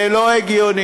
זה לא הגיוני,